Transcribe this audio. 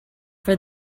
for